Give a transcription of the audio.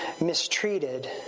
mistreated